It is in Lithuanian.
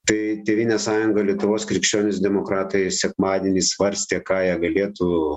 tai tėvynės sąjunga lietuvos krikščionys demokratai sekmadienį svarstė ką jie galėtų